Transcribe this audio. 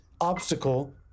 obstacle